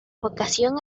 vocación